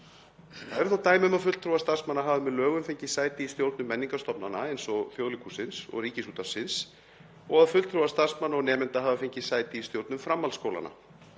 Það eru þó dæmi um að fulltrúar starfsmanna hafi með lögum fengið sæti í stjórnum menningarstofnana eins og Þjóðleikhússins og Ríkisútvarpsins og að fulltrúar starfsmanna og nemenda hafi fengið sæti í stjórnum framhaldsskólanna.